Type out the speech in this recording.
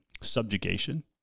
subjugation